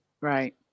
Right